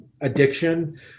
addiction